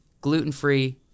gluten-free –